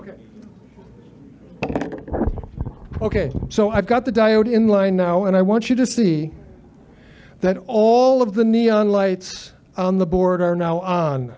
ok ok so i've got the diode in line now and i want you to see that all of the neon lights on the board are now on